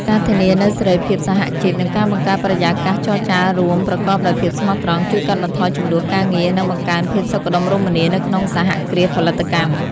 ការធានានូវសេរីភាពសហជីព និងការបង្កើតបរិយាកាសចរចារួមប្រកបដោយភាពស្មោះត្រង់ ជួយកាត់បន្ថយជម្លោះការងារ និងបង្កើនភាពសុខដុមរមនានៅក្នុងសហគ្រាសផលិតកម្ម។